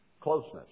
closeness